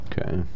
Okay